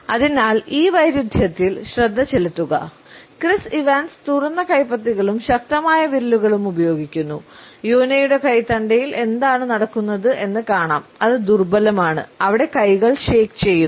അതിനാൽ ഈ വൈരുദ്ധ്യത്തിൽ ശ്രദ്ധ ചെലുത്തുക ക്രിസ് ഇവാൻസ് തുറന്ന കൈപ്പത്തികളും ശക്തമായ വിരലുകളും ഉപയോഗിക്കുന്നു യോനായുടെ കൈത്തണ്ടയിൽ എന്താണ് നടക്കുന്നത് എന്ന് കാണാം അത് ദുർബലമാണ് അവിടെ കൈകൾ ഷേക്ക് ചെയ്യുന്നു